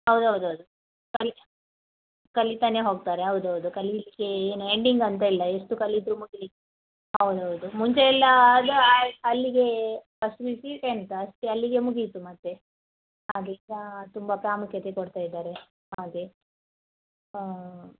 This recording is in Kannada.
ಹೌದ್ ಹೌದ್ ಹೌದು ಕಲೀತಾನೆ ಹೋಗ್ತಾರೆ ಹೌದ್ ಹೌದು ಕಲೀಲಿಕ್ಕೆ ಏನು ಎಂಡಿಂಗ್ ಅಂತ ಇಲ್ಲ ಎಷ್ಟು ಕಲಿತರೂ ಮುಗಿಲಿಕ್ಕೆ ಹೌದ್ ಹೌದು ಮುಂಚೆ ಎಲ್ಲ ಆಗ ಅಲ್ಲಿಗೆ first P U C tenth ಅಷ್ಟೇ ಅಲ್ಲಿಗೆ ಮುಗೀತು ಮತ್ತೆ ಹಾಗೇ ಈಗ ತುಂಬ ಪ್ರಾಮುಖ್ಯತೆ ಕೊಡ್ತಾ ಇದ್ದಾರೆ ಹಾಗೇ ಹಾಂ